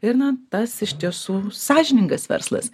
ir na tas iš tiesų sąžiningas verslas